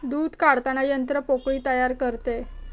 दूध काढताना यंत्र पोकळी तयार करते